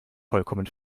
vollkommen